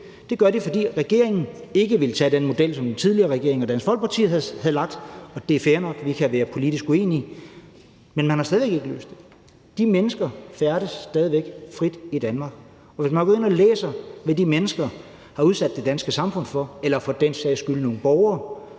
Det gør de, fordi regeringen ikke ville tage den model, som den tidligere regering og Dansk Folkeparti havde lavet. Og det er fair nok; vi kan være politisk uenige. Men man har stadig væk ikke løst det. De mennesker færdes stadig væk frit i Danmark. Hvis man går ind og læser, hvad de mennesker har udsat det danske samfund for – eller for den sags skyld nogle borgere